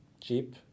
cheap